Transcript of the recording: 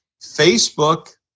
Facebook